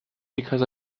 because